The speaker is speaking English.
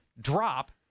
drop